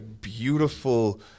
beautiful